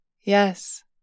Yes